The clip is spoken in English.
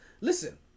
listen